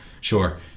Sure